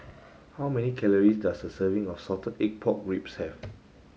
how many calories does a serving of salted egg pork ribs have